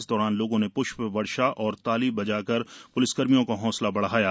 इस दौरान लोगों ने प्ष्प वर्षा और ताली बजाकर प्लिसकर्मियों का हौसला बढ़ाया गया